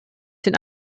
sind